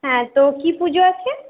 হ্যাঁ তো কি পুজো আছে